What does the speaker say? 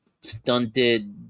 stunted